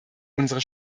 unsere